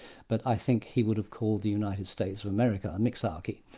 but i think he would have called the united states of america a mixtarchy,